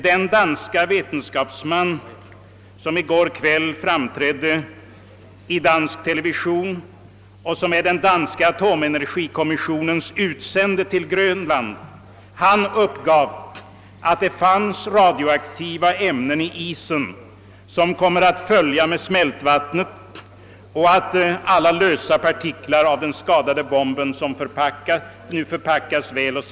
Den danske vetenskapsman som framträdde i TV-programmet i går kväll och som är den danska atomenergikommissionens utsände till Grönland, uppgav att det finns radioaktiva ämnen i isen som kommer att följa med smältvattnet och att alla lösa partiklar från den skadade bomben nu väl förpackas för att sändas till USA.